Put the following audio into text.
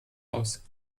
aus